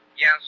Yes